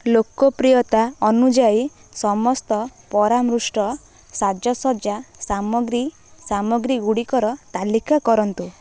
ଲୋକପ୍ରିୟତା ଅନୁଯାୟୀ ସମସ୍ତ ପରାମୃଷ୍ଟ ସାଜସଜ୍ଜା ସାମଗ୍ରୀ ସାମଗ୍ରୀଗୁଡ଼ିକର ତାଲିକା କରନ୍ତୁ